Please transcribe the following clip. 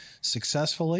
successfully